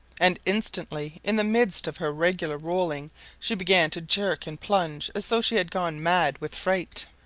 and instantly in the midst of her regular rolling she began to jerk and plunge as though she had gone mad with fright.